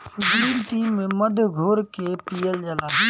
green tea में मध घोर के पियल जाला